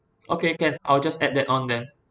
okay can I'll just add that on then